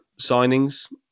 signings